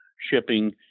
Shipping